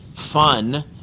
Fun